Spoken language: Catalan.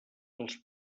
els